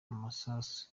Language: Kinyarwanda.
amasasu